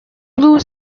blue